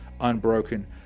unbroken